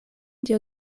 dio